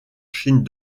chine